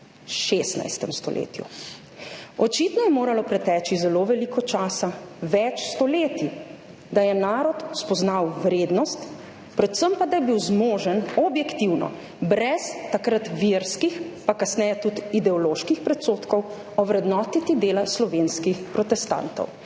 16. stoletju. Očitno je moralo preteči zelo veliko časa, več stoletij, da je narod spoznal vrednost, predvsem pa, da je bil zmožen objektivno, brez takrat verskih, pa kasneje tudi ideoloških predsodkov, ovrednotiti dela slovenskih protestantov.